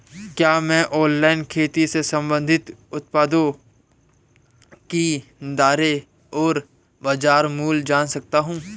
क्या मैं ऑनलाइन खेती से संबंधित उत्पादों की दरें और बाज़ार मूल्य जान सकता हूँ?